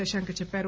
శశాంక చెప్పారు